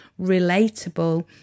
relatable